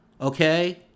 okay